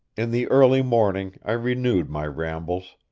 in the early morning i renewed my rambles,